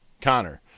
Connor